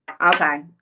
Okay